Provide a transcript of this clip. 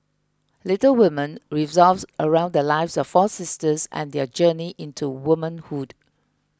Little Women revolves around the lives of four sisters and their journey into womanhood